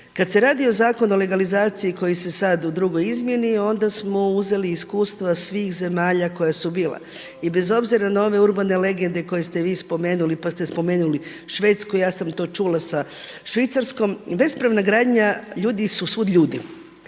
Kad se radi o Zakonu o legalizaciji koji je sada u drugoj izmjeni onda smo uzeli iskustva svih zemalja koja su bila i bez obzira na ove urbane legende koje ste vi spomenuli pa ste spomenuli Švedsku ja sam to čula sa Švicarskom, bespravna gradnja ljudi su svuda ljudi,